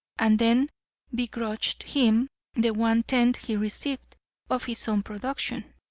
and then begrudged him the one-tenth he received of his own production.